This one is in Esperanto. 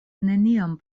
neniam